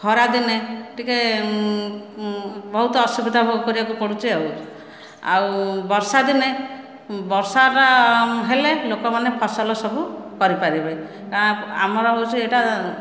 ଖରାଦିନେ ଟିକେ ବହୁତ ଅସୁବିଧା ଭୋଗ କରିବାକୁ ପଡ଼ୁଛି ଆଉ ଆଉ ବର୍ଷା ଦିନେ ବର୍ଷାଟା ହେଲେ ଲୋକମାନେ ଫସଲ ସବୁ କରିପାରିବେ ଆମର ହେଉଛି ଏଇଟା